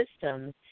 systems